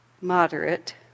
moderate